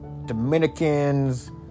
dominicans